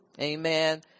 Amen